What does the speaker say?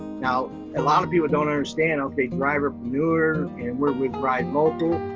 now a lot of people don't understand, okay, driverpreneur, and where we'd ride local,